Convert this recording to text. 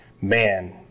man